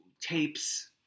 tapes